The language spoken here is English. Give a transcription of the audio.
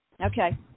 Okay